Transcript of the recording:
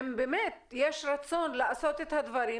אם באמת יש רצון לעשות את הדברים,